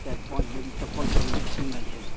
चारि पॉँच जोड़ी चप्पल कन किननाइ छै